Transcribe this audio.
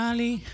Ali